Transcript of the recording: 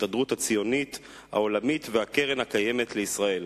ההסתדרות הציונית העולמית וקרן קיימת לישראל,